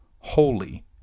Holy